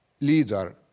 leader